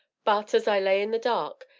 but, as i lay in the dark,